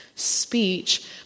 speech